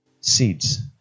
seeds